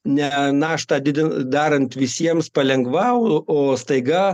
ne naštą didin darant visiems palengva o staiga